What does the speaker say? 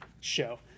show